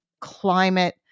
climate